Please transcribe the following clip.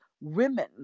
women